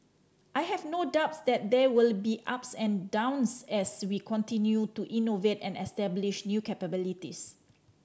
I have no doubt that there will be ups and downs as we continue to innovate and establish new capabilities